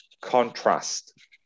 contrast